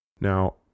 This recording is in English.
Now